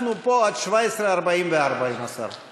אנחנו פה עד 17:44, עם השר.